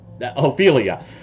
Ophelia